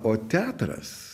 o teatras